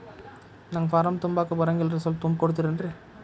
ನಂಗ ಫಾರಂ ತುಂಬಾಕ ಬರಂಗಿಲ್ರಿ ಸ್ವಲ್ಪ ತುಂಬಿ ಕೊಡ್ತಿರೇನ್ರಿ?